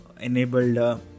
enabled